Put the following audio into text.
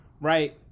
right